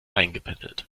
eingependelt